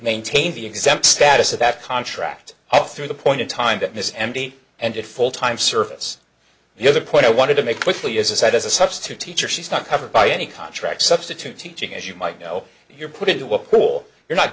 maintained the exempt status of that contract up through the point in time to miss mt and it full time service the other point i wanted to make quickly is aside as a substitute teacher she's not covered by any contract substitute teaching as you might know you're put into a pool you're not